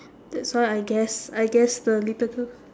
that's why I guess I guess the little girl